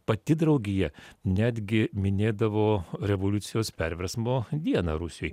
pati draugija netgi minėdavo revoliucijos perversmo dieną rusijoj